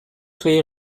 soyez